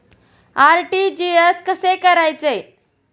RTGS कसे करायचे?